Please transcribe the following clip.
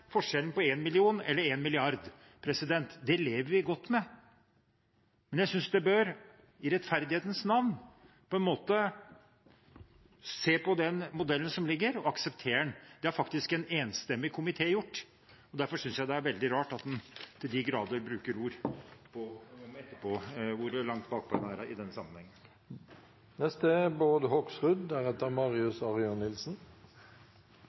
forskjellen på en million og en milliard. Det lever vi godt med, men jeg synes en bør – i rettferdighetens navn – se på den modellen som foreligger, og akseptere den. Det har faktisk en enstemmig komité gjort, og derfor syns jeg det er veldig rart at en til de grader bruker ord om hvor langt bakpå en er i denne sammenheng.